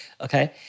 okay